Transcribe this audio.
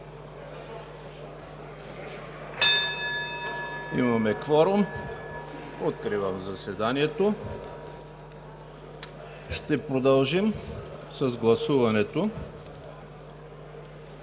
Имаме кворум. Откривам заседанието. Ще продължим с гласуването